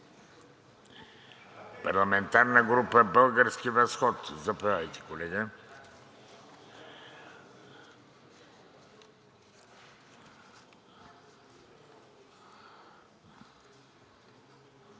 Парламентарна група „Български възход“. Заповядайте, колега.